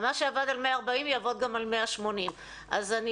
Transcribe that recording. מה שעבד על 140,000 יעבוד גם על 180,000. אז אני